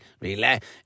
Relax